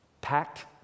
packed